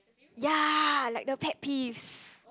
ya like the pet peeves